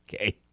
Okay